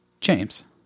James